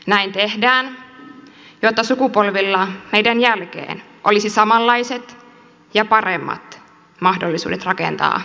näin tehdään jotta sukupolvilla meidän jälkeemme olisi samanlaiset ja paremmat mahdollisuudet rakentaa kotimaata